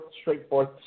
straightforward